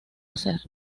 hacer